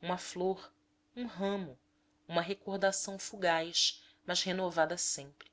uma flor um ramo uma recordação fugaz mas renovada sempre